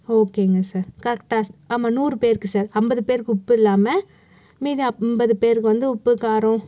ஓகேங்க சார் கரக்டாக ஆமாம் நூறு பேருக்கு சார் ஐம்பது பேருக்கு உப்பு இல்லாமல் மீதி ஐம்பது பேருக்கு வந்து உப்பு காரம்